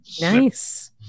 Nice